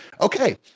okay